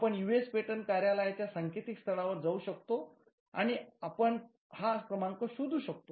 आपण US patent कार्यालयाच्या सांकेतिक स्थळावर जाऊ शकतो आणि आपण हा क्रमांक शोधू शकतो